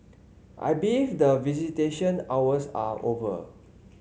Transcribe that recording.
I believe that visitation hours are over